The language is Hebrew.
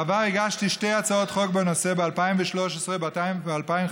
בעבר הגשתי שתי הצעות חוק בנושא, ב-2013 וב-2015.